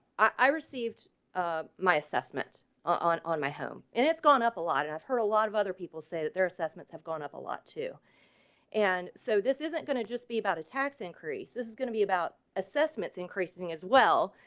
i received ah my assessment on on my home and it's gone up a lot and i've heard a lot of other people say that their assessments have gone up a lot to and so this isn't gonna just be about a tax increase. this is gonna be about assessments, increasing as well,